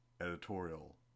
Editorial